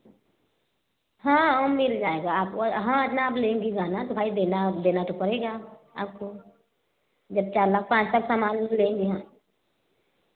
हाँ मिल जाएगा आपको हाँ इतना आप लेंगी गहना तो भाई देना देना तो पड़ेगा आपको जब चार लाख पाँच लाख का सामान लेंगी